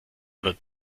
wird